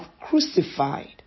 crucified